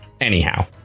Anyhow